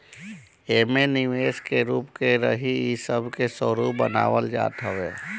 एमे निवेश के रूप का रही इ सब के स्वरूप बनावल जात हवे